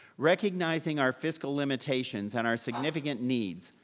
recognizing our fiscal limitations and our significant needs,